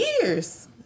Years